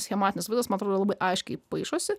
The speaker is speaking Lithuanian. schematinis vaizdas atrodo labai aiškiai paišosi